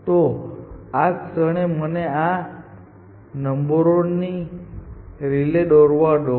તો આ ક્ષણે મને આ નંબરોથી રિલે દોરવા દો